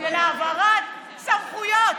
של העברת סמכויות.